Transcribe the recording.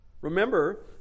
Remember